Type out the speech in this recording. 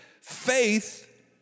Faith